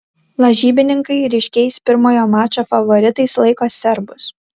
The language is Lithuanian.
lažybininkai ryškiais pirmojo mačo favoritais laiko serbus